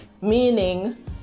meaning